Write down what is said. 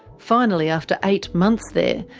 finally, after eight months there,